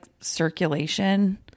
circulation